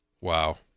Wow